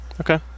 Okay